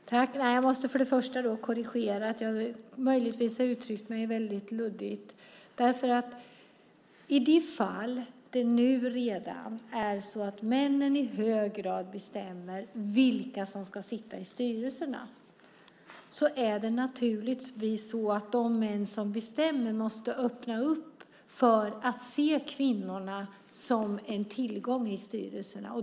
Herr talman! Jag måste först och främst korrigera det här. Möjligtvis har jag uttryckt mig luddigt. I de fall där det redan nu är så att männen i hög grad bestämmer vilka som ska sitta i styrelserna måste naturligtvis de män som bestämmer öppna upp för att se kvinnorna som en tillgång i styrelserna.